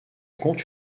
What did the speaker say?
compte